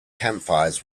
campfires